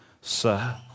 sir